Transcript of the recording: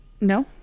No